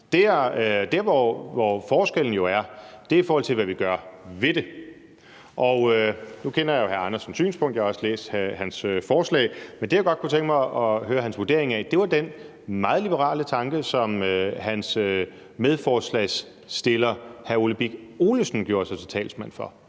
Der, hvor forskellen jo er, er, i forhold til hvad vi gør ved det. Nu kender jeg jo hr. Hans Andersens synspunkt, og jeg har også læst hans forslag, men det, jeg godt kunne tænke mig at høre hans vurdering af, er den meget liberale tanke, som hans medforslagsstiller hr. Ole Birk Olesen gjorde sig til talsmand for;